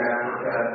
Africa